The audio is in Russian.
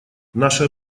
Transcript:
наши